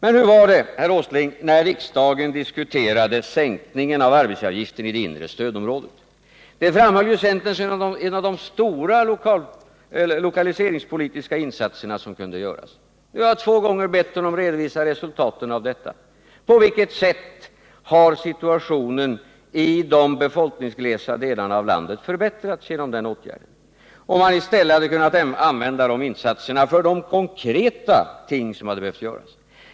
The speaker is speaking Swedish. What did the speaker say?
Men hur var det, herr Åsling, när riksdagen diskuterade sänkningen av arbetsgivaravgiften i det inre stödområdet? Centern framhöll ju den åtgärden som en av de stora regionalpolitiska insatserna. Jag har nu två gånger bett Nils Åsling redovisa resultatet av åtgärden. På vilket sätt har den förbättrat situationen i de befolkningsglesa delarna av landet? Hade det inte varit bättre att sätta in åtgärder för de konkreta ting som hade behövt göras?